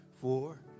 four